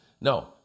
No